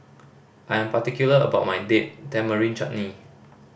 I am particular about my Date Tamarind Chutney